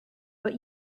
but